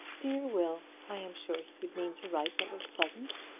dear will! i am sure he would mean to write what was pleasant.